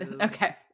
okay